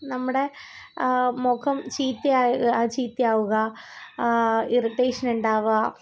നമ്മുടെ മുഖം ചീത്തയാ ചീത്തയാവുക ഇറിറ്റേഷനുണ്ടാവുക